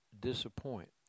disappoint